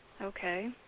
Okay